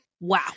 Wow